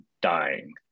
dying